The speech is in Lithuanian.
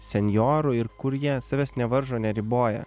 senjorų ir kur jie savęs nevaržo neriboja